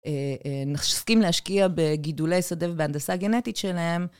נסכים להשקיע בגידולי שדה ובהנדסה הגנטית שלהם.